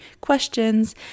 questions